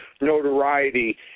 notoriety